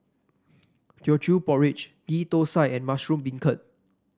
Teochew Porridge Ghee Thosai and Mushroom Beancurd